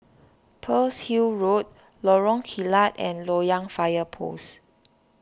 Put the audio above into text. Pearl's Hill Road Lorong Kilat and Loyang Fire Post